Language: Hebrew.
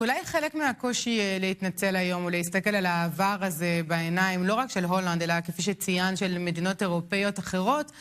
אולי חלק מהקושי להתנצל היום ולהסתכל על העבר הזה בעיניים לא רק של הולנד, אלא כפי שציינת של מדינות אירופאיות אחרות.